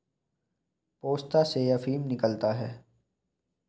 पोस्ता से अफीम निकाला जाता है